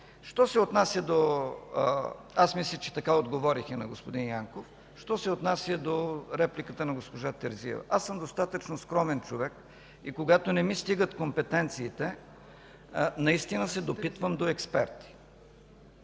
Това е проблемът. Мисля, че така отговорих и на господин Янков. Що се отнася до репликата на госпожа Атанасова, аз съм достатъчно скромен човек и когато не ми стигат компетенциите наистина се допитвам до експерти,